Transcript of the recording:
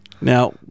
Now